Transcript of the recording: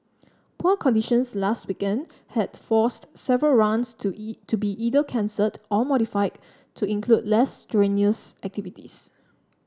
poor conditions last weekend had forced several runs to to be either cancelled or modified to include less strenuous activities